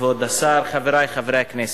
כבוד השר, חברי חברי הכנסת,